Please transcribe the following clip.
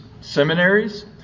seminaries